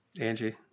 Angie